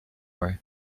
worry